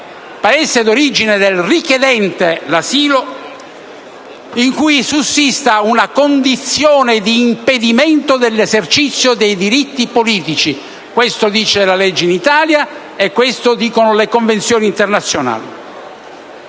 Paese di origine del richiedente l'asilo in cui sussista una condizione di impedimento dell'esercizio dei diritti politici. Questo dice la legge in Italia e questo dicono le Convenzioni internazionali.